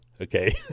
okay